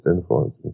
influence